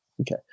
Okay